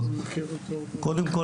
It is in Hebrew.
זה הכל כאילו הכל